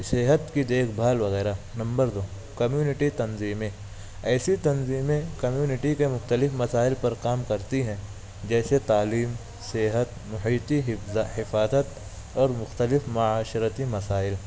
صحت کی دیکھ بھال وغیرہ نمبر دو کمیونٹی تنظیمیں ایسی تنظیمیں کمیونٹی کے مختلف مسائل پر کام کرتی ہیں جیسے تعلیم صحت محیطی حفاظت اور مختلف معاشرتی مسائل